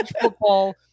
football